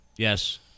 Yes